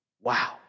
wow